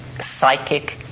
psychic